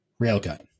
railgun